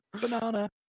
Banana